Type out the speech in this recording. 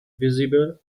visible